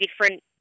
different